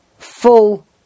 full